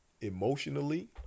emotionally